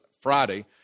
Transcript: Friday